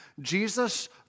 Jesus